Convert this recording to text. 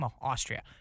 austria